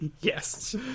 Yes